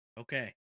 okay